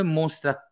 mostra